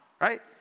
right